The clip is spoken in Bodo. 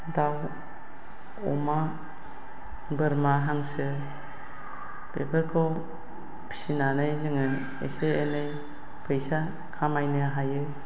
दाउ अमा बोरमा हांसो बेफोरखौ फिसिनानै जोङो एसे एनै फैसा खामायनो हायो